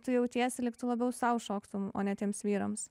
tu jautiesi lyg tu labiau sau šoktum o ne tiems vyrams